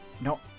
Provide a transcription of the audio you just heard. no